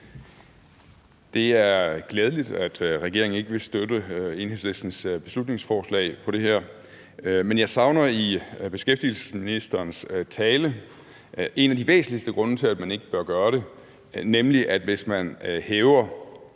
Det er glædeligt, at regeringen ikke vil støtte Enhedslistens beslutningsforslag. Men jeg savner i beskæftigelsesministerens tale en af de væsentligste grunde til, at man ikke bør gøre det, nemlig at hvis man hæver